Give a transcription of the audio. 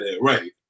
Right